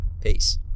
Peace